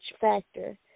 factor